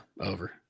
over